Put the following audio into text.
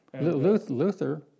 Luther